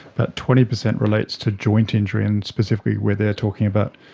but twenty percent relates to joint injury and specifically where they are talking about